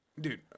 dude